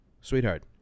sweetheart